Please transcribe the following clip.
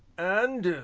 and,